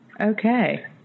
Okay